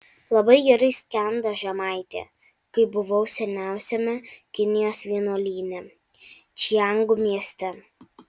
labai gerai skendo žemaitė kai buvau seniausiame kinijos vienuolyne čiangu mieste